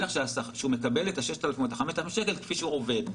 לך שהוא מקבל את 6,000 או 5,000 השקלים כפי שהוא עובד.